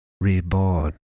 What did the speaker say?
reborn